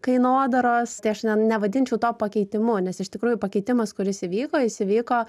kainodaros tai aš ne nevadinčiau to pakeitimu nes iš tikrųjų pakeitimas kuris įvyko jis įvyko